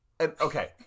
Okay